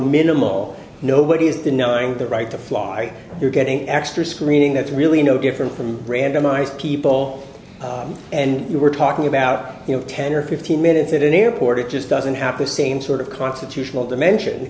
minimal nobody is denying their right to fly you're getting extra screening that's really no different from randomized people and you were talking about ten or fifteen minutes at an airport it just doesn't have the same sort of constitutional dimension